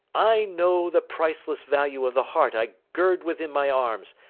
i know the priceless value of the heart i gird within my arms,